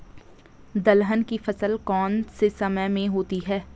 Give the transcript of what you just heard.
दलहन की फसल कौन से समय में होती है?